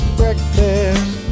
breakfast